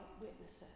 witnesses